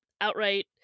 outright